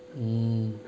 mm